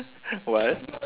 why